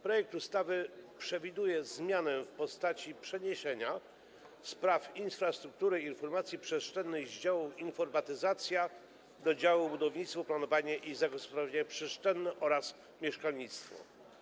Projekt ustawy przewiduje zmianę w postaci przeniesienia spraw infrastruktury i informacji przestrzennej z działu: informatyzacja do działu: budownictwo, planowanie i zagospodarowanie przestrzenne oraz mieszkalnictwo.